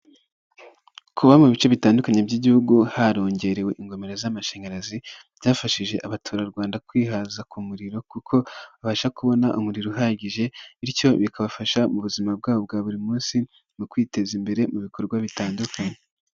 Kuba mu bice bitandukanye by'igihugu harongerewe ingomero z'amashanyarazi byafashije abaturarwanda kwihaza ku muriro kuko babasha kubona umuriro uhagije bityo bikabafasha mu buzima bwabo bwa buri munsi mu kwiteza imbere mu bikorwa bitandukanye.